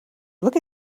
look